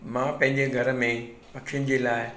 मां पंहिंजे घर में पखिनि जे लाइ